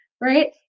right